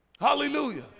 Hallelujah